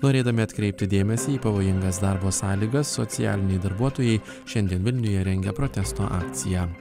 norėdami atkreipti dėmesį į pavojingas darbo sąlygas socialiniai darbuotojai šiandien vilniuje rengia protesto akciją